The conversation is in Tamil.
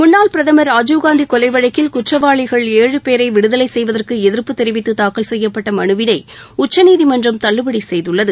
முன்னாள் பிரதமர் ராஜீவ் காந்தி கொலை வழக்கில் குற்றவாளிகள் ஏழு பேரை விடுதலை செய்வதற்கு எதிர்ப்பு தெரிவித்து தாக்கல் செய்யப்பட்ட மனுவினை உச்சநீதிமன்றம் தள்ளுபடி செய்துள்ளது